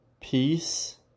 peace